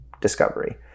discovery